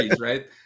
right